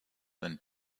than